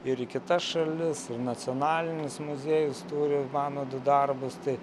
ir į kitas šalis ir nacionalinis muziejus turi mano darbus tai